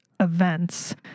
Events